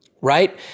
right